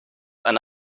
eine